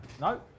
No